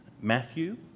Matthew